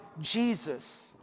Jesus